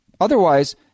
Otherwise